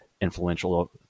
influential